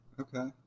Okay